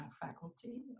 faculty